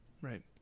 Right